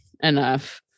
enough